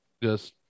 Yes